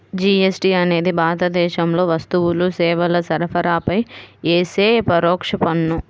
GST అనేది భారతదేశంలో వస్తువులు, సేవల సరఫరాపై యేసే పరోక్ష పన్ను